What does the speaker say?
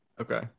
Okay